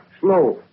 slow